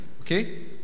Okay